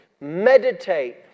meditate